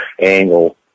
angle